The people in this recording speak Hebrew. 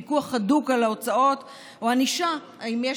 פיקוח הדוק על ההוצאות או ענישה אם יש